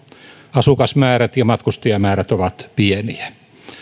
asukasmäärät ja matkustajamäärät ovat pieniä